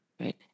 Right